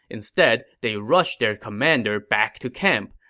instead, they rushed their commander back to camp.